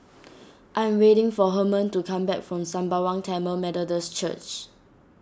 I am waiting for Herman to come back from Sembawang Tamil Methodist Church